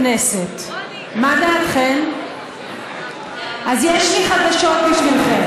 וחברים, אני כאן כדי להציע לכם